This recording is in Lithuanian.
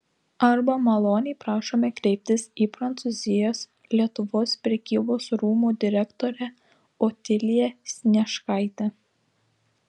arba maloniai prašome kreiptis į prancūzijos lietuvos prekybos rūmų direktorę otiliją snieškaitę